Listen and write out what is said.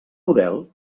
model